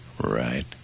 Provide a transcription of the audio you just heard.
Right